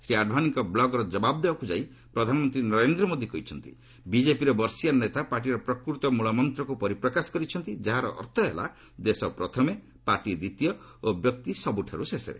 ଶ୍ରୀ ଆଡ଼ଭାନୀଙ୍କ ବ୍ଲଗ୍ର ଜବାବ ଦେବାକୁ ଯାଇ ପ୍ରଧାନମନ୍ତ୍ରୀ ନରେନ୍ଦ୍ର ମୋଦି କହିଛନ୍ତି ବିଜେପିର ବର୍ଷିୟାନ୍ ନେତା ପାର୍ଟିର ପ୍ରକୃତ ମୃଳ ମନ୍ତକୁ ପରିପ୍ରକାଶ କରିଛନ୍ତି ଯାହାର ଅର୍ଥ ହେଲା ଦେଶ ପ୍ରଥମେ ପାର୍ଟି ଦ୍ୱିତୀୟ ଓ ବ୍ୟକ୍ତି ସବୁଠାରୁ ଶେଷରେ